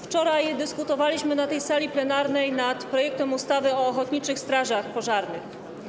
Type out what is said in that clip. Wczoraj dyskutowaliśmy na tej sali plenarnej nad projektem ustawy o ochotniczych strażach pożarnych.